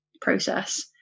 process